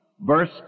verse